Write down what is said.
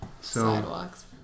Sidewalks